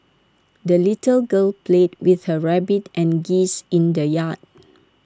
the little girl played with her rabbit and geese in the yard